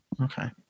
Okay